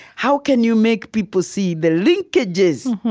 how can you make people see the linkages?